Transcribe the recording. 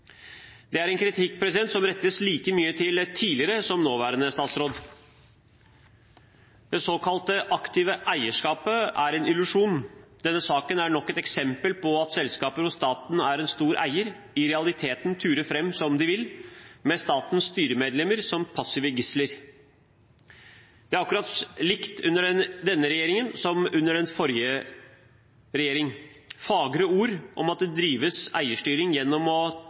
Det er en kritikk som rettes like mye til tidligere som nåværende statsråd. Det såkalte aktive eierskapet er en illusjon. Denne saken er nok et eksempel på at selskaper hvor staten er en stor eier, i realiteten turer fram som de vil, med statens styremedlemmer som passive gisler. Situasjonen er akkurat den samme under denne regjeringen som under den forrige regjering. Fagre ord om at det drives eierstyring gjennom å